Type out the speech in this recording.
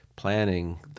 Planning